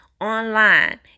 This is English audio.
online